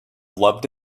loved